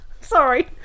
sorry